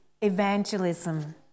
evangelism